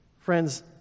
Friends